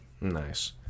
Nice